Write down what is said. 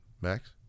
Max